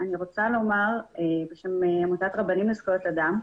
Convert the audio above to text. אני רוצה לומר בשם אמותת "רבנים לזכויות אדם",